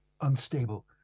unstable